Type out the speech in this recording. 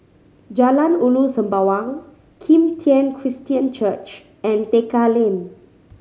Jalan Ulu Sembawang Kim Tian Christian Church and Tekka Lane